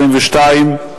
122),